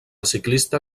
ciclista